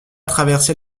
traverser